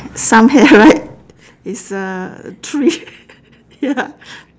some hair right it's a tree ya